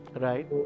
Right